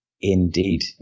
indeed